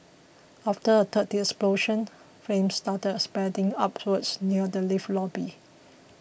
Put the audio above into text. after a third explosion flames started spreading upwards near the lift lobby